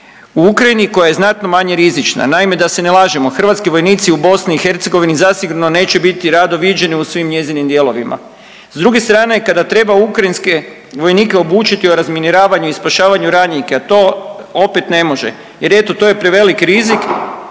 u Ukrajini koja je znatno manje rizična. Naime, da se ne lažemo, hrvatski vojnici u BiH zasigurno neće biti rado viđeni u svim njezinim dijelovima. S druge strane, kada treba ukrajinske vojnike obučiti o razminiravanju i spašavanju ranjenika to opet ne može, jer eto to je prevelik rizik